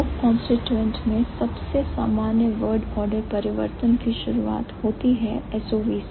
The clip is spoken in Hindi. प्रमुख कांस्टीट्यूएंट्स में सबसे सामान्य word order परिवर्तन की शुरुआत होती है SOV से